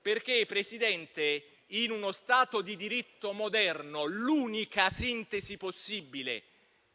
perché, Presidente, in uno Stato di diritto moderno l'unica sintesi possibile